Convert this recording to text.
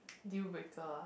deal breaker ah